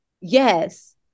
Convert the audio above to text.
Yes